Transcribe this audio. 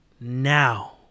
now